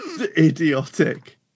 idiotic